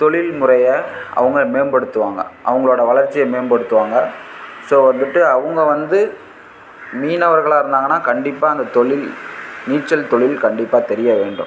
தொழில் முறையை அவங்க மேம்படுத்துவாங்க அவங்களோட வளர்ச்சியை மேம்படுத்துவாங்க ஸோ வந்துட்டு அவங்க வந்து மீனவர்களாக இருந்தாங்கன்னா கண்டிப்பாக அந்தத் தொழில் நீச்சல் தொழில் கண்டிப்பாக தெரிய வேண்டும்